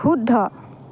শুদ্ধ